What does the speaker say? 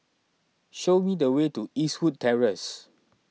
show me the way to Eastwood Terrace